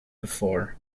before